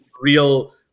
real